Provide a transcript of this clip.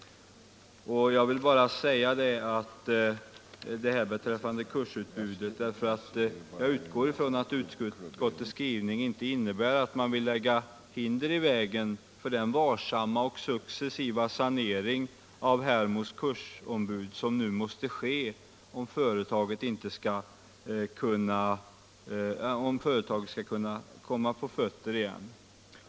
Jag vill ha det sagt beträffande kursutbudet, eftersom jag utgår från att utskottets skrivning inte innebär att man vill lägga hinder i vägen för den varsamma och successiva sanering av Hermods kursutbud som nu måste ske om företaget skall kunna komma på fötter igen.